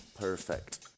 perfect